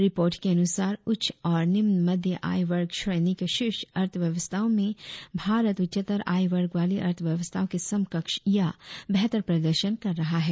report के अनुसार उच्च और निम्नमध्य आय वर्ग श्रेणी की शीर्ष अर्थव्यवस्थाओं में भारत उच्चतर आय वर्ग वाली अर्थव्यवस्थाओं के समकक्ष या बेहतर प्रदर्शन कर रहा है